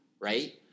Right